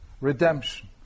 redemption